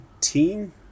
team